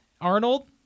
arnold